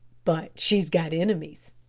but she's got enemies,